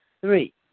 Three